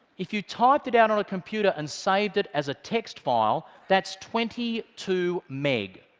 if you typed it out on a computer and saved it as a text file, that's twenty two meg.